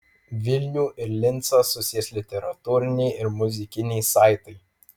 vilnių ir lincą susies literatūriniai ir muzikiniai saitai